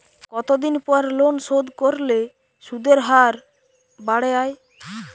কতদিন পর লোন শোধ করলে সুদের হার বাড়ে য়ায়?